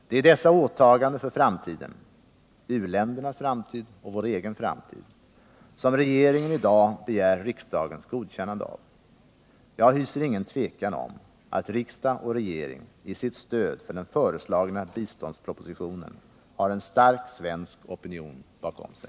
Det är dessa åtaganden för framtiden, uländernas och vår egen, som regeringen i dag begär riksdagens godkännande av. Jag hyser inget tvivel om att riksdag och regering i sitt stöd för den föreslagna biståndspropositionen har en stark svensk opinion bakom sig.